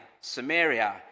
Samaria